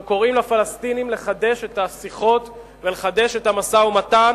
אנחנו קוראים לפלסטינים לחדש את השיחות ולחדש את המשא-ומתן,